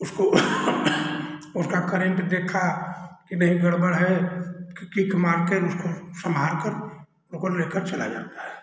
उसको उसका करेंट देखा कि नहीं गड़बड़ है क किक मारकर उसको संभालकर उसको लेकर चला जाता है